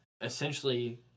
Essentially